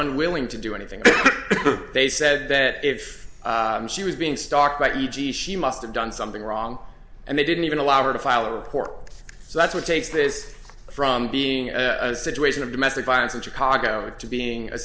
unwilling to do anything they said that if she was being stalked by e g she must have done something wrong and they didn't even allow her to file a report so that's what takes this from being a situation of domestic violence in chicago to being a